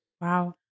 Wow